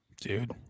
Dude